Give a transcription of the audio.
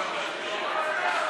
דיגיטליים,